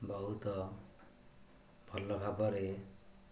ବହୁତ ଭଲ ଭାବରେ